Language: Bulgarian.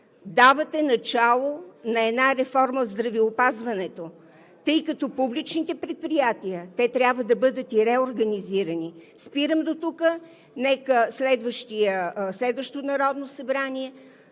давате начало на една реформа в здравеопазването, тъй като публичните предприятия трябва да бъдат реорганизирани. Спирам дотук. Нека следващото Народно събрание